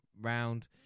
round